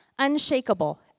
unshakable